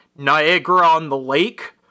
Niagara-on-the-lake